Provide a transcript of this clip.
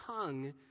tongue